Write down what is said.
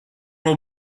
will